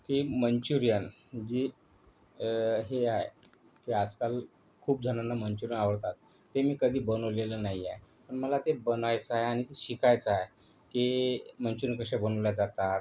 की मन्चुरिअन जी हे आहे की आजकाल खूप जणांना मन्चुरिन आवडतात ते मी कधी बनवलेलं नाही आहे पण मला ते बनायचं आहे आणि शिकायचं आहे की मन्चुरिन कसे बनवल्या जातात